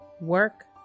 work